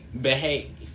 behave